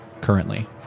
currently